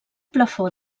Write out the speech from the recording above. plafó